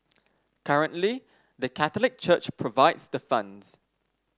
currently the Catholic Church provides the funds